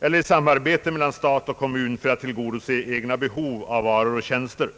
eller i samarbete mellan stat och kommun för att tillgodose egna behov av varor och tjänster.